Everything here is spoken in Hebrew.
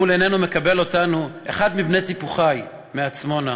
מול עינינו מקבל אותנו אחד מבני טיפוחי, מעצמונה,